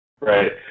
Right